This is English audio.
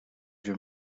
your